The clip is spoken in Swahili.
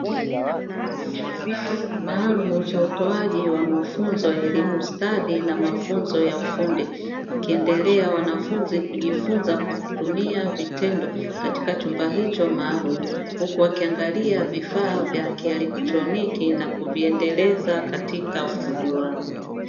Chumba maalumu cha utoaji wa mafunzo ya elimu stadi na mafunzo ya ufundi wakiendelea wanafunzi kujifunza kwa kutumia vitendo katika chumba hicho maalumu, huku wakiangalia vifaa vya kielektroniki na kuviendeleza katika ufundi wao.